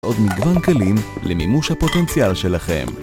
עוד מגוון כלים למימוש הפוטנציאל שלכם.